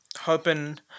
hoping